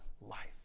life